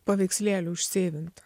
paveikslėlių užseivinta